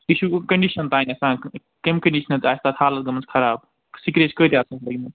یہِ چھُ کںٛڈِشن تانۍ آسان کٔمۍ کنٛڈِشس تانۍ آسہِ تَتھ حالتھ گٲمٕژ خراب سِکرٛیچ کٲتیٛاہ آسنس لٔگۍمٕتۍ